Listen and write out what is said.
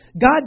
God